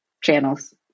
channels